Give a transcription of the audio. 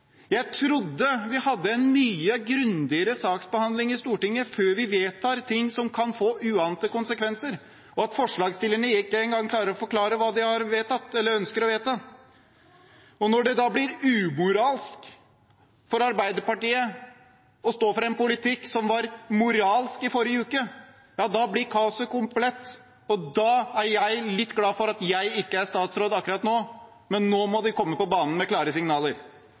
Jeg trodde vi hadde en mye grundigere saksbehandling i Stortinget før vi vedtar ting som kan få uante konsekvenser. Forslagsstillerne klarer ikke engang å forklare hva de ønsker å vedta. Når det da blir umoralsk for Arbeiderpartiet å stå for en politikk som var moralsk i forrige uke, blir kaoset komplett. Da er jeg litt glad for at jeg ikke er statsråd akkurat nå. Men nå må de komme på banen med klare signaler.